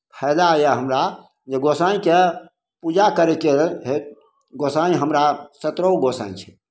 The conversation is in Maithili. फैदा यए हमरा जे गोसाँइके पूजा करयके भेल गोसाँइ हमरा सत्रह गो गोसाँइ छै